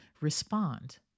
respond